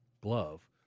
glove